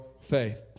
faith